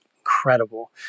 incredible